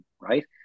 right